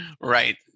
right